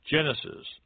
Genesis